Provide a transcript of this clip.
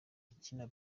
ikina